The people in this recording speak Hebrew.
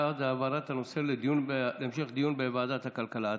בעד העברת הנושא להמשך דיון בוועדת הכלכלה.